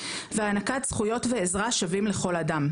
והענקת זכויות ואזרח שווים לכל אדם,